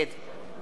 גלעד ארדן,